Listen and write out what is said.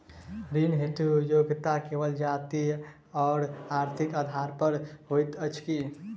ऋण हेतु योग्यता केवल जाति आओर आर्थिक आधार पर होइत छैक की?